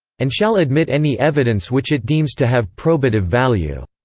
and shall admit any evidence which it deems to have probative value.